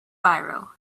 biro